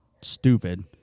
stupid